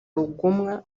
rugomwa